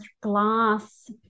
glass